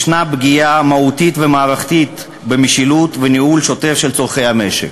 יש פגיעה מהותית ומערכתית במשילות ובניהול השוטף של צורכי המשק.